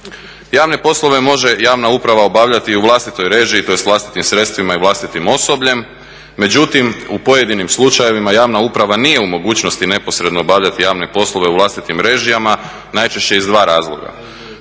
Javne poslove može javna uprava obavljati u vlastitoj režiji, tj. vlastitim sredstvima i vlastitim osobljem, međutim u pojedinim slučajevima javna uprava nije u mogućnosti neposredno obavljati javne poslove u vlastitim režijama, najčešće iz dva razloga.